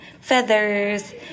feathers